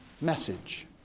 message